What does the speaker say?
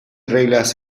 reglas